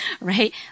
right